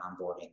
onboarding